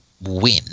win